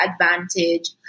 advantage